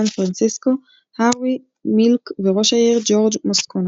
פרנסיסקו הארווי מילק וראש העיר ג'ורג' מוסקונה.